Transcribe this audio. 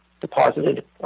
deposited